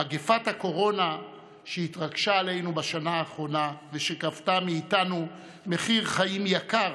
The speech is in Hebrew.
מגפת הקורונה שהתרגשה עלינו בשנה האחרונה ושגבתה מאיתנו מחיר חיים יקר,